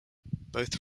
both